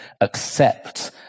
accept